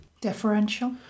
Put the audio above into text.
Deferential